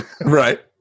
Right